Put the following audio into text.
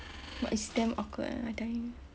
but it's damn awkward eh I tell you